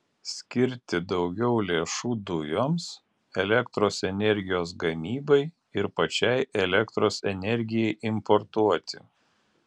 skirti daugiau lėšų dujoms elektros energijos gamybai ir pačiai elektros energijai importuoti